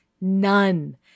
None